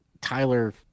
Tyler